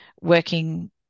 working